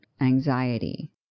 anxiety